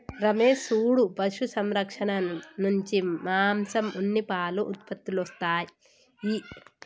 రమేష్ సూడు పశు సంరక్షణ నుంచి మాంసం ఉన్ని పాలు ఉత్పత్తులొస్తాయి